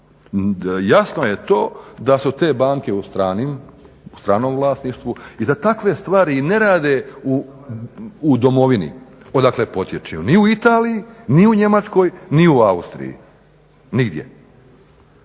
Jasno je to da su te banke u stranom vlasništvu i da takve stvari ne rade u domovini odakle potječu ni u Italiji, ni u Njemačkoj, ni u Austriji, nigdje.